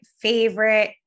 favorite